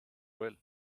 bhfuil